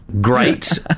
great